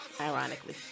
ironically